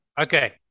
Okay